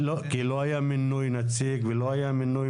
כי לא היה מינוי נציג ולא היה מינוי